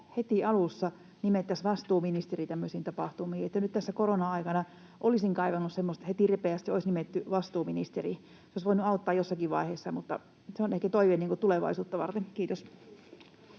heti alussa nimettäisiin vastuuministeri tämmöisiin tapahtumiin. Nyt tässä korona-aikana olisin kaivannut semmoista, että heti, ripeästi olisi nimetty vastuuministeri. Se olisi voinut auttaa jossakin vaiheessa. Se on ehkä toive tulevaisuutta varten. — Kiitos.